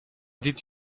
did